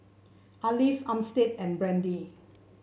Arleth Armstead and Brandy